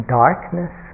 darkness